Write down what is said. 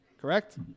Correct